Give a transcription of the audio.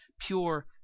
pure